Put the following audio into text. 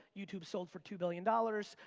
youtube sold for two billion dollars,